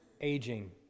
aging